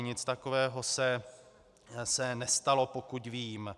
Nic takového se nestalo, pokud vím.